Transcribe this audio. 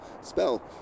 spell